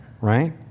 Right